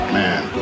man